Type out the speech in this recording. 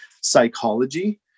psychology